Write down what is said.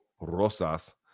rosas